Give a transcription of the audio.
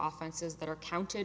officers that are counted